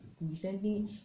recently